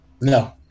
No